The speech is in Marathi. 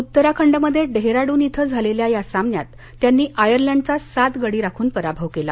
उत्तराखंडमध्ये डेहराडून इथं झालेल्या या सामन्यात त्यांनी आयर्लंडचा सात गडी राखून पराभव केला